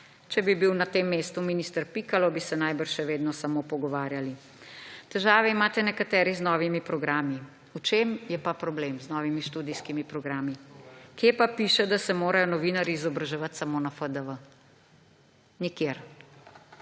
Če bi bil na tem mestu minister Pikalo, bi se verjetno še vedno samo pogovarjali. Težave imate nekateri z novimi študijskimi programi. V čem je pa problem z novimi študijskimi programi? Kje pa piše, da se morajo novinarji izobraževati samo na FDV? Nikjer.